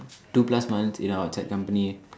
two plus months in a outside company